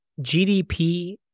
GDP